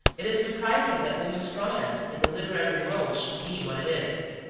it is surprising that woman's prominence in the literary world should be what it is.